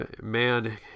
man